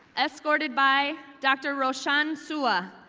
escorted by dr. roshan d'souza,